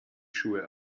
schuhe